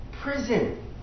prison